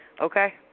Okay